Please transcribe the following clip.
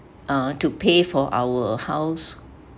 uh to pay for our house